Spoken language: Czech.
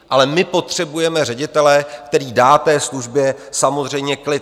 Ale my potřebujeme ředitele, který dá té službě samozřejmě klid.